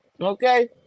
Okay